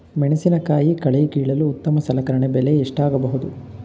ಮೆಣಸಿನಕಾಯಿ ಕಳೆ ಕೀಳಲು ಉತ್ತಮ ಸಲಕರಣೆ ಬೆಲೆ ಎಷ್ಟಾಗಬಹುದು?